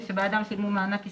שבעדם שילמו מענק הסתגלות.